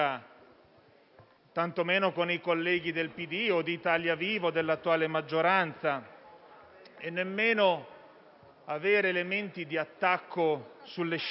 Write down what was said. tantomeno con i colleghi del Partito Democratico o di Italia Viva o dell'attuale maggioranza, e nemmeno aver elementi di attacco sulle scelte.